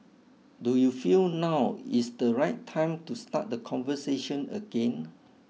do you feel now is the right time to start the conversation again